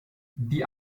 die